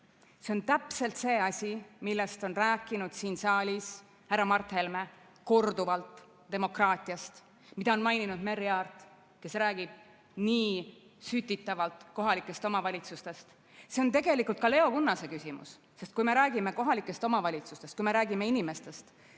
See on täpselt see asi, mida on rääkinud demokraatiast siin saalis korduvalt härra Mart Helme, mida on maininud Merry Aart, kes räägib nii sütitavalt kohalikest omavalitsustest. See on tegelikult ka Leo Kunnase küsimus, sest kui me räägime kohalikest omavalitsustest, kui me räägime inimestest,